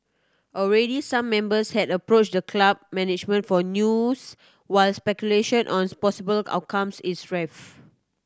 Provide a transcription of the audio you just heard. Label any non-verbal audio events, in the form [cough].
already some members had approached the club management for news while speculation on [unintelligible] possible outcomes is rife